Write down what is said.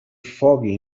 foggy